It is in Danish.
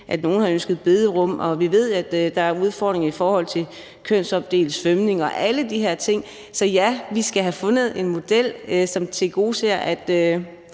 at nogle har ønsket bederum, og vi ved, at der er udfordringer i forhold til kønsopdelt svømning og alle de her ting. Så ja, vi skal have fundet en model, som tilgodeser, at